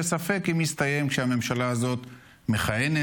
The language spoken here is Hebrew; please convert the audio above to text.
כי הונח היום על שולחן הכנסת התקציר לדין וחשבון השנתי של מבקר המדינה,